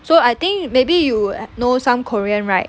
so I think maybe you know some korean right